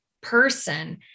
person